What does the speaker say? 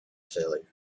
failure